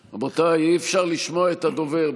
רבותיי, אי-אפשר לשמוע את הדובר.